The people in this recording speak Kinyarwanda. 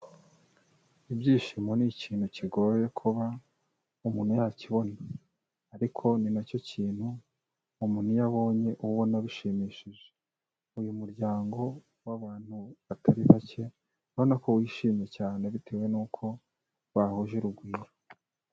ilibyishimo ni ikintu kigoye kuba umuntu yakibona. Ariko ni nacyo kintu umuntu iyo abonye ubona bishimishije. Uyu muryango w'abantu batari bake ubona ko wishimye cyane bitewe nuki bahuje urugwiro.